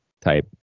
type